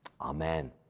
Amen